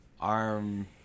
arm